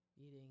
eating